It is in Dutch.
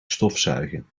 stofzuigen